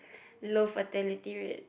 low fertility rate